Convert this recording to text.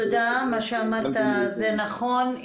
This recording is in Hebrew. מה שאמרת נכון.